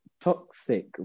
toxic